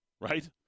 right